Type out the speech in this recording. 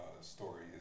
story